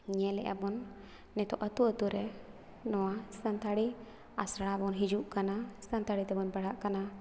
ᱧᱮᱞ ᱮᱫᱟᱵᱚᱱ ᱱᱤᱛᱳᱜ ᱟᱹᱛᱩ ᱟᱹᱛᱩᱨᱮ ᱱᱚᱣᱟ ᱥᱟᱱᱛᱟᱲᱤ ᱟᱥᱲᱟ ᱵᱚᱱ ᱦᱤᱡᱩᱜ ᱠᱟᱱᱟ ᱥᱟᱱᱛᱟᱲᱤ ᱛᱮᱵᱚᱱ ᱯᱟᱲᱦᱟᱜ ᱠᱟᱱᱟ